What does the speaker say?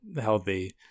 healthy